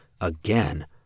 again